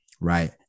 right